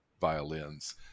violins